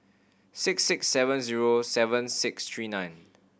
six six seven zero seven six three nine